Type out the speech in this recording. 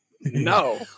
No